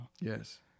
Yes